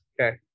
Okay